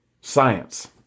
science